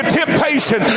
temptation